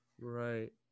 right